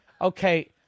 okay